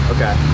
Okay